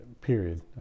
period